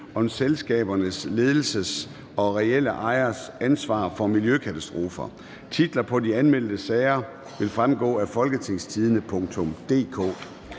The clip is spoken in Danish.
om selskabers ledelses og reelle ejeres ansvar for miljøkatastrofer). Titlerne på de anmeldte sager vil fremgå af www.folketingstidende.dk